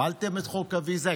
הפלתם את חוק הוויזה,